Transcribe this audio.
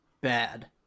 bad